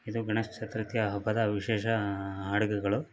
ಇದು ಗಣೇಶ ಚತುರ್ಥಿಯ ಹಬ್ಬದ ವಿಶೇಷ ಅಡುಗೆಗಳು